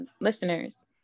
listeners